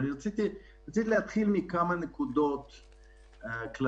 אבל אני רוצה להתחיל מכמה נקודות כלליות.